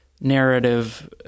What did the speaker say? narrative